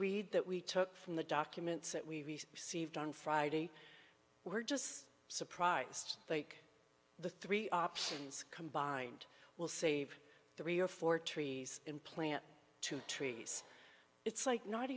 read that we took from the documents that we received on friday we're just surprised thank the three options combined will save three or four trees in plant two trees it's like not